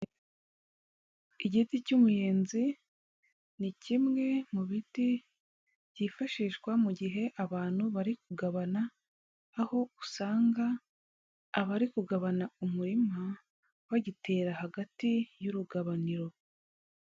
Igiti cy'umuyenzi, ni kimwe mu biti byifashishwa mu gihe abantu bari kugabana, aho usanga abari kugabana umurima, bagitera hagati y'urugabaniro.